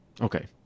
Okay